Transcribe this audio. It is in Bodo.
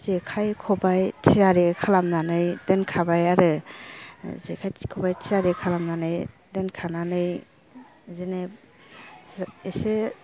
जेखाइ खबाइ थियारि खालामनानै दोनखाबाय आरो जेखाइ खबाइ थियारि खालामनानै दोनखानानै बिदिनो एसे